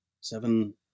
Seven